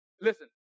Listen